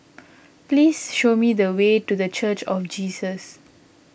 please show me the way to the Church of Jesus